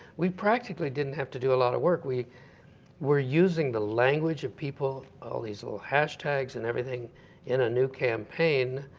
we practically didn't have to do a lot of work. we're using the language of people all these little hashtags and everything in a new campaign.